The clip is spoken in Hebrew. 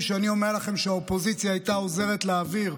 שאני אומר לכם שהאופוזיציה הייתה עוזרת להעביר,